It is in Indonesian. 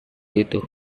itu